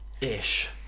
Ish